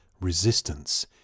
resistance